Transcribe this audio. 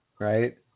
right